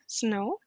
snow